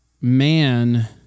man